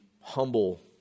humble